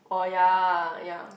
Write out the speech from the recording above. oh ya ya